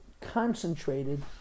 concentrated